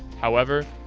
however,